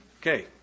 Okay